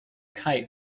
kite